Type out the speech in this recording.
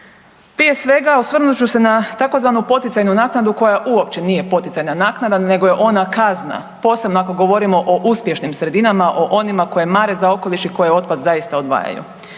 Prije svega osvrnut ću se na tzv. poticajnu naknadu koja uopće nije poticajna naknada nego je ona kazna, posebno ako govorimo o uspješnim sredinama, o onima koji mare za okoliš i koji otpad zaista odvajaju.